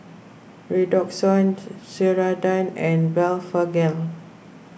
Redoxon Ceradan and Blephagel